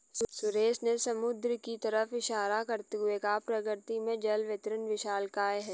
सुरेश ने समुद्र की तरफ इशारा करते हुए कहा प्रकृति में जल वितरण विशालकाय है